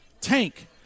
Tank